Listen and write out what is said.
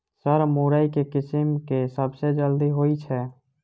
Sir मुरई केँ किसिम केँ सबसँ जल्दी होइ छै?